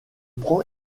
prend